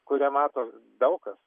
kurią mato daug kas